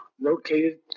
located